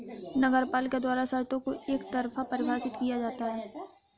नगरपालिका द्वारा शर्तों को एकतरफा परिभाषित किया जाता है